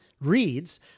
Reads